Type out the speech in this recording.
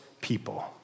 people